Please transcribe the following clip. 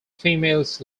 females